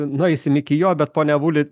nueisim iki jo bet pone avuli